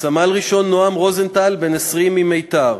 סמל-ראשון נועם רוזנטל, בן 20, ממיתר,